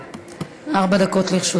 ארבע דקות לרשותך.